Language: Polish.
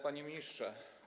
Panie Ministrze!